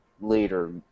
later